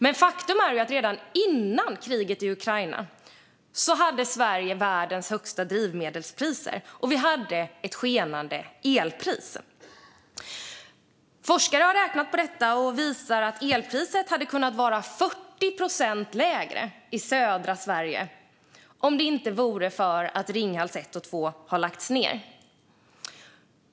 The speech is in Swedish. Men faktum är att redan innan kriget i Ukraina hade Sverige världens högsta drivmedelspriser, och elpriset skenade. Forskare har räknat på detta och har visat att elpriset hade kunnat vara 40 procent lägre i södra Sverige om det inte vore för att Ringhals 1 och 2 har lagts ned.